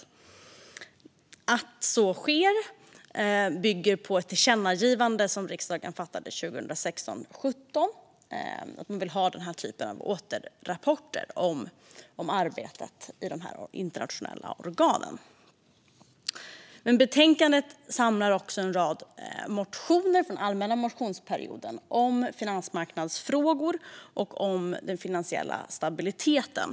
Att så sker bygger på ett tillkännagivande som riksdagen fattade beslut om 2016/17. Man ville ha återrapporter om arbetet i dessa internationella organ. Betänkandet innehåller också en rad motioner från allmänna motionstiden om finansmarknadsfrågor och den finansiella stabiliteten.